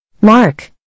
Mark